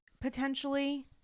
potentially